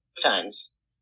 times